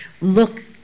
look